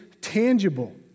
tangible